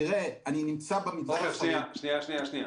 תראה, אני נמצא --- עופר, שנייה, שנייה.